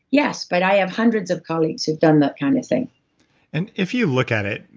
yes. but i have hundreds of colleagues who've done that kind of thing and if you look at it,